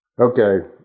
Okay